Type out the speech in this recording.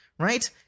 Right